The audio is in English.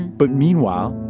but meanwhile,